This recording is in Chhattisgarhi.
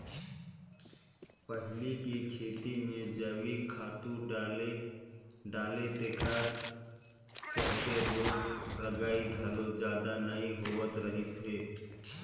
पहिले के खेती में जइविक खातू डाले तेखर चलते रोग रगई घलो जादा नइ होत रहिस हे